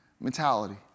mentality